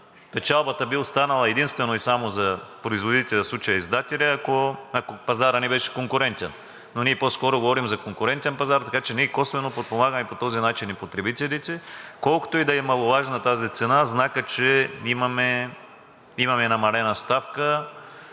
Печалбата би останала единствено и само за производителя, в случая издателя, ако пазарът не беше конкурентен. Но ние по-скоро говорим за конкурентен пазар, така че ние косвено подпомагаме по този начин и потребителите, колкото и да е маловажна тази цена, знакът, че имаме намалена ставка